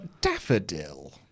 daffodil